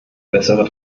bessere